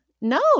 No